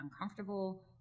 uncomfortable